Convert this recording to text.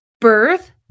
birth